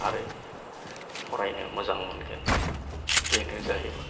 आरो फरायनो मोजां मोनगोन बेनो जाहैबाय